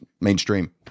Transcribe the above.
mainstream